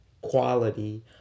quality